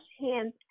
hands